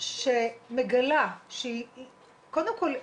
קודם כל,